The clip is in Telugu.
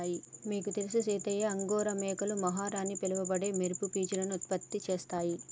నీకు తెలుసు సీతయ్య అంగోరా మేకలు మొహర్ అని పిలవబడే మెరుపు పీచును ఉత్పత్తి చేస్తాయి